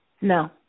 No